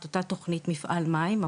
את אותה תכנית מפעל המים,